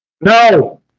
No